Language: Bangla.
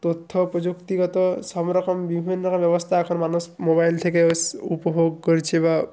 তথ্য প্রযুক্তিগত সব রকম বিভিন্নভাবে ব্যবস্থা এখন মানুষ মোবাইল থেকে উপভোগ করছে বা